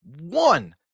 one